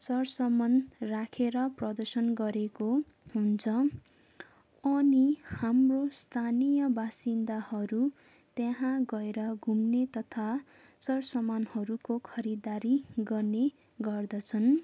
sir सामान राखेर प्रदर्शन गरेको हुन्छ अनि हाम्रो स्थानीय बासिन्दाहरू त्यहाँ गएर घुम्ने तथा सर सामानहरूको खरिददारी गर्ने गर्दछन्